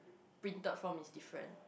printed form is different